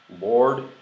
Lord